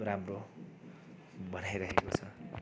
राम्रो बनाइरहेको छ